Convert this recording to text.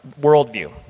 Worldview